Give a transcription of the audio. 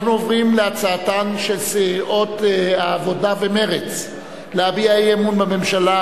אנחנו עוברים להצעתן של סיעות העבודה ומרצ להביע אי-אמון בממשלה,